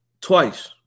twice